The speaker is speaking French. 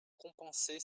compenser